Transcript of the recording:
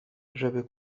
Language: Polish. żeby